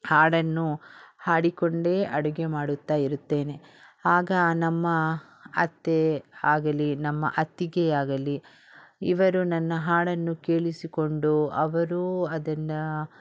ಹಾಡನ್ನು ಹಾಡಿಕೊಂಡೇ ಅಡುಗೆ ಮಾಡುತ್ತಾ ಇರುತ್ತೇನೆ ಆಗ ನಮ್ಮ ಅತ್ತೆ ಆಗಲಿ ನಮ್ಮ ಅತ್ತಿಗೆ ಆಗಲಿ ಇವರು ನನ್ನ ಹಾಡನ್ನು ಕೇಳಿಸಿಕೊಂಡು ಅವರೂ ಅದನ್ನು